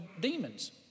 demons